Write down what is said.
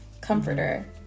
comforter